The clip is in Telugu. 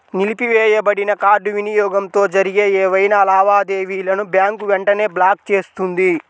నిలిపివేయబడిన కార్డ్ వినియోగంతో జరిగే ఏవైనా లావాదేవీలను బ్యాంక్ వెంటనే బ్లాక్ చేస్తుంది